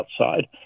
outside